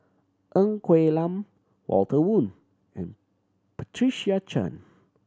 Ng Quee Lam Walter Woon and Patricia Chan